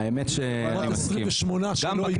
היו 28 שלא הגיעו.